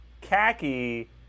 khaki